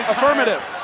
Affirmative